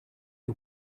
oer